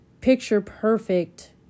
picture-perfect